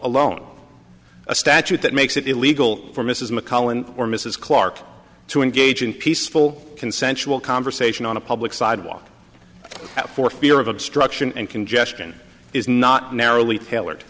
alone a statute that makes it illegal for mrs mcallen or mrs clarke to engage in peaceful consensual conversation on a public sidewalk for fear of obstruction and congestion is not narrowly tailored